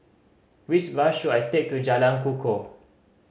which bus should I take to Jalan Kukoh